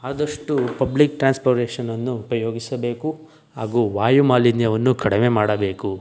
ಆದಷ್ಟು ಪಬ್ಲಿಕ್ ಟ್ರಾನ್ಸ್ಪೊರ್ಟೇಷನನ್ನು ಉಪಯೋಗಿಸಬೇಕು ಹಾಗು ವಾಯುಮಾಲಿನ್ಯವನ್ನು ಕಡಿಮೆ ಮಾಡಬೇಕು